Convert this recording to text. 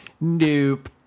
Nope